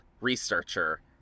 researcher